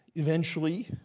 eventually,